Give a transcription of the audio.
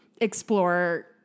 Explore